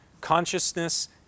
consciousness